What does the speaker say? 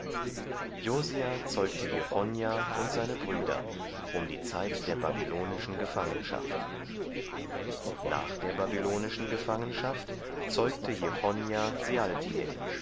josia zeugte jechonja und seine brüder um die zeit der babylonischen gefangenschaft nach der babylonischen gefangenschaft zeugte